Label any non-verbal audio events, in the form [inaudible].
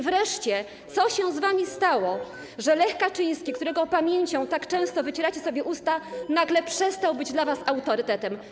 Wreszcie, co się z wami stało, że Lech Kaczyński, którego pamięcią [noise] tak często wycieracie sobie usta, nagle przestał być dla was autorytetem?